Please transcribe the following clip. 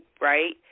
right